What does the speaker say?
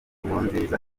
nkurunziza